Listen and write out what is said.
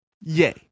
Yay